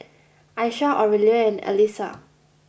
Aisha Aurelia and Allyssa